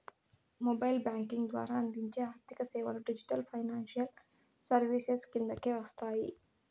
mobile banking ద్వారా అందించే ఆర్థిక సేవలు డిజిటల్ ఫైనాన్షియల్ సర్వీసెస్ కిందకే వస్తాయి